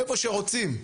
איפה שרוצים.